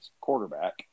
quarterback